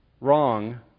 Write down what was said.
wrong